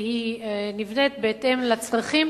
בהתאם לצרכים